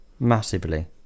Massively